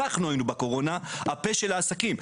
אנחנו היינו בקורונה הפה של העסקים.